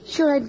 Sure